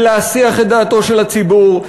ולהסיח את דעתו של הציבור,